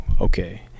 okay